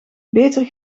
beter